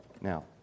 Now